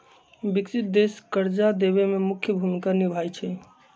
विकसित देश कर्जा देवे में मुख्य भूमिका निभाई छई